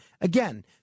Again